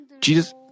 Jesus